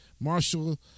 Marshall